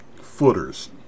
footers